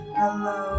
hello